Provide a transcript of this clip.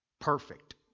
perfect